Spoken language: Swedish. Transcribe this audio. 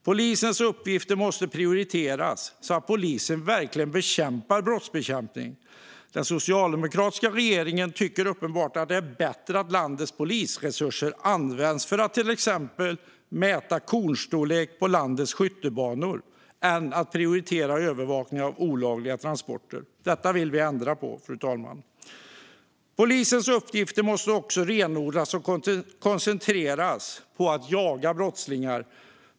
Polisens uppgifter måste prioriteras så att polisen verkligen används till att bekämpa brott. Den socialdemokratiska regeringen tyckte uppenbarligen att det är bättre att landets polisresurser används för att till exempel mäta kornstorlek på landets skyttebanor än för att övervaka olagliga transporter. Detta vill vi ändra på, fru talman. Polisens uppgifter måste renodlas och koncentreras på att jaga brottslingar.